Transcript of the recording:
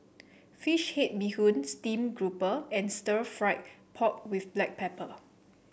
fish head Bee Hoon stream grouper and Stir Fried Pork with Black Pepper